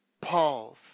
Pause